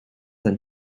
than